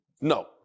no